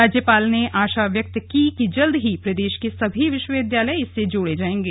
राज्यपाल ने आशा व्यक्त की कि जल्द ही प्रदेश के सभी विश्वविद्यालय इससे जुड़ जायेंगे